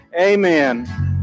Amen